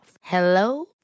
Hello